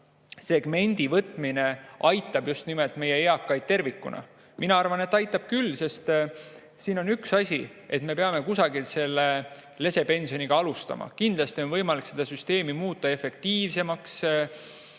segmendi valimine aitab meie eakaid tervikuna. Mina arvan, et aitab küll, sest siin on üks asi: me peame kusagilt selle lesepensioniga alustama. Kindlasti on võimalik seda süsteemi muuta efektiivsemaks,